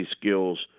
skills